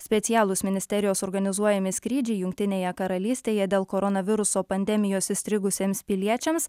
specialūs ministerijos organizuojami skrydžiai jungtinėje karalystėje dėl koronaviruso pandemijos įstrigusiems piliečiams